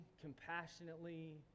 compassionately